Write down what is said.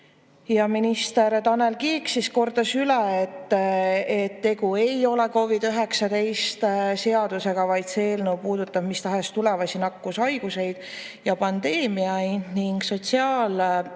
Minister Tanel Kiik kordas üle, et tegu ei ole COVID‑19 seadusega, vaid see eelnõu puudutab mis tahes tulevasi nakkushaigusi ja pandeemiaid.